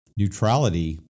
Neutrality